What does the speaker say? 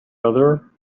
other